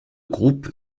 groupe